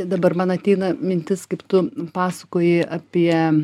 dabar man ateina mintis kaip tu pasakoji apie